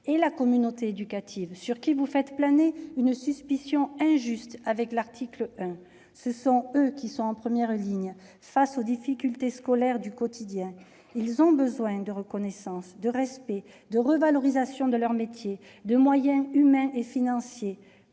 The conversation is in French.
ni la communauté éducative sur lesquels vous faites planer une suspicion injuste au travers de l'article 1. Ce sont eux qui font face, en première ligne, aux difficultés scolaires du quotidien. Ils ont besoin de reconnaissance, de respect, d'une revalorisation de leur métier, de moyens humains et financiers.